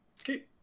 Okay